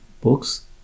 books